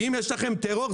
ואם יש לכם טרור,